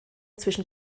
zwischen